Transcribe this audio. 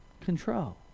Control